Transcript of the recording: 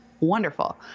wonderful